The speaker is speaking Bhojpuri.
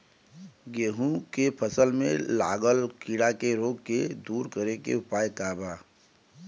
गेहूँ के फसल में लागल कीड़ा के रोग के दूर करे के उपाय का बा?